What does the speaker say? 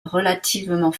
relativement